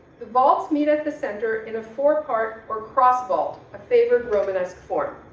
the vaults meet at the center in a four-part or cross vault, a favored romanesque form.